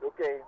Okay